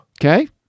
Okay